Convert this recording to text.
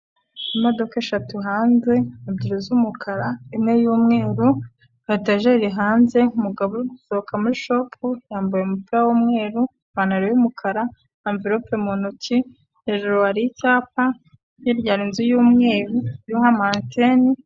Imodoka eshatu hanze, ebyiri z'umukara imwe y'umweru, etejeri hanze, umugabo urigusohoka muri shopu yambaye umupira w'umweru, ipantaro y'umukara, n'amvelope mu ntoki, hejuru hari icyapa hirya hari inzu y'umweru iriho ama ateni.